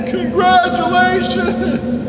Congratulations